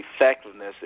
effectiveness